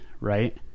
right